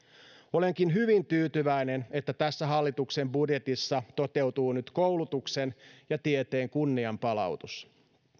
olenkin hyvin tyytyväinen että tässä hallituksen budjetissa toteutuu nyt koulutuksen ja tieteen kunnianpalautus